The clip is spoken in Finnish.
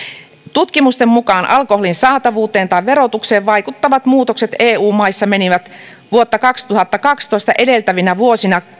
tutkimusten mukaan alkoholin saatavuuteen tai verotukseen vaikuttavat muutokset eu maissa menivät vuotta kaksituhattakaksitoista edeltävinä vuosina